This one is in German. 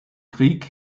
krieg